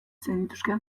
zenituzke